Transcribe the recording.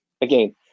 Again